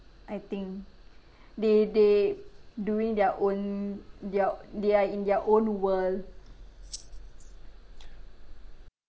I think they they doing their own their they are in their own world